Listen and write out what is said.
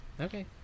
Okay